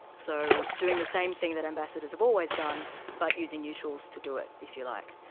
so, doing the same thing that ambassadors have always done but using new tools to do it, if you like.